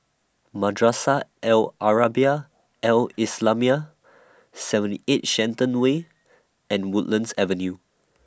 Madrasah Al Arabiah Al Islamiah seventy eight Shenton Way and Woodlands Avenue